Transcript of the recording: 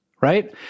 right